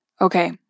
Okay